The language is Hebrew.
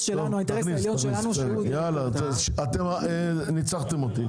אתם ניצחתם אותי.